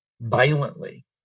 violently